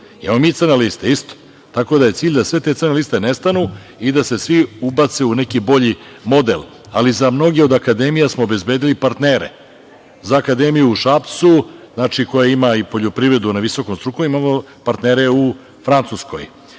Imamo i mi crne liste, isto. Tako da je cilj da sve te crne liste nestanu i da se svi ubace u neki bolji model. Ali, za mnoge od akademija smo obezbedili partnere. Za akademiju u Šapcu, koja ima i poljoprivredu na visoko strukovnim, partnere u Francuskoj.